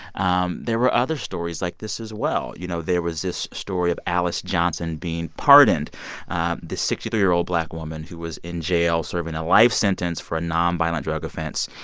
um there were other stories like this, as well. you know, there was this story of alice johnson being pardoned this sixty three year old black woman who was in jail serving a life sentence for a non-violent drug offense.